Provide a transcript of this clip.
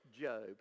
Job